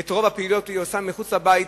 ואת רוב הפעילויות היא עושה מחוץ לבית.